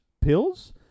pills